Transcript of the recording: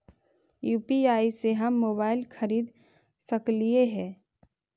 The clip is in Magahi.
यु.पी.आई से हम मोबाईल खरिद सकलिऐ है